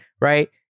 right